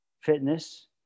fitness